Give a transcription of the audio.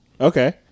Okay